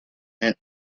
and